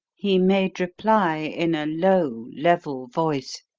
he made reply in a low, level voice,